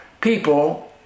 people